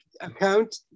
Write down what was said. account